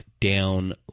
down